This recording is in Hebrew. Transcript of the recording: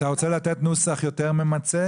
אתה רוצה לתת נוסח יותר ממצה?